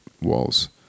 walls